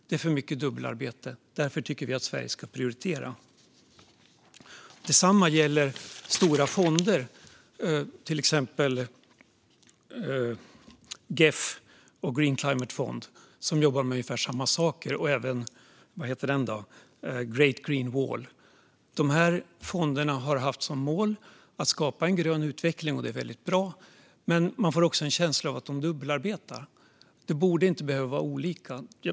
Det är för mycket dubbelarbete, och därför tycker vi att Sverige ska prioritera. Detsamma gäller stora fonder, till exempel GEF och Green Climate Fund som jobbar med ungefär samma saker - även Great Green Wall. De här fonderna har haft som mål att skapa en grön utveckling, och det är väldigt bra. Men man får också en känsla av att de dubbelarbetar. Det borde inte behöva vara olika.